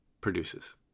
produces